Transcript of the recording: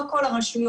לא כל הרשויות.